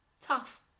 tough